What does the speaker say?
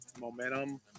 momentum